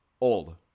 old